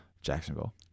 Jacksonville